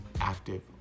active